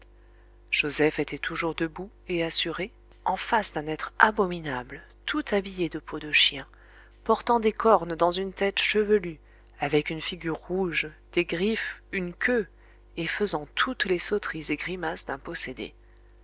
joseph était toujours debout et assuré en face d'un être abominable tout habillé de peau de chien portant des cornes dans une tête chevelue avec une figure rouge des griffes une queue et faisant toutes les sauteries et grimaces d'un possédé